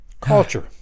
Culture